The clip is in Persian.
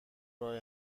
راه